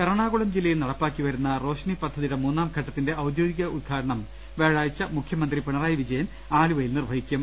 എറണാകുളം ജില്ലയിൽ നടപ്പാക്കിവരുന്ന റോഷ്നി പദ്ധ തിയുടെ മൂന്നാംഘട്ടത്തിന്റെ ഔദ്യോഗിക ഉദ്ഘാടനം വ്യാഴാഴ്ച മുഖ്യമന്ത്രി പിണറായി വിജയൻ ആലുവയിൽ നിർവ്വഹിക്കും